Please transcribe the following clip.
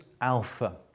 Alpha